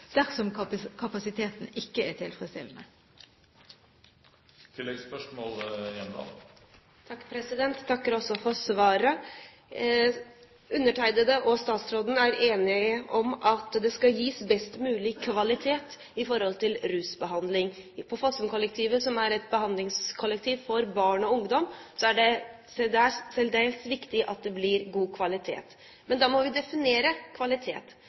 dersom kapasiteten ikke er tilfredsstillende. Jeg takker for svaret. Undertegnede og statsråden er enige om at det skal gis best mulig kvalitet når det gjelder rusbehandling. På Fossumkollektivet, som er et behandlingskollektiv for barn og ungdom, er det særdeles viktig at det er god kvalitet. Men da må vi definere kvalitet.